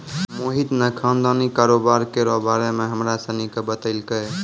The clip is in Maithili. मोहित ने खानदानी कारोबार केरो बारे मे हमरा सनी के बतैलकै